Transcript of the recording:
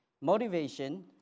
motivation